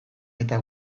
eta